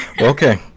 Okay